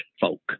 folk